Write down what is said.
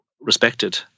respected